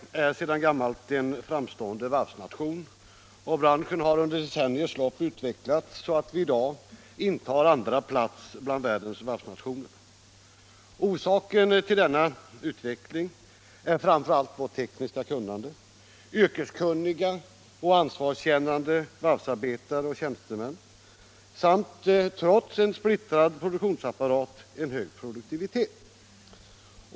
Herr talman! Sverige är sedan gammalt en framstående varvsnation, och branschen har under decenniernas lopp utvecklats så att vi i dag intar andra plats bland världens varvsnationer. Orsaken till denna utveckling är framför allt vårt tekniska kunnande, yrkeskunniga och ansvarskännande varvsarbetare och tjänstemän samt — trots en splittrad produktionsapparat — en hög produktivitet.